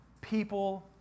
People